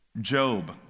Job